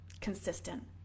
Consistent